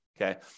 Okay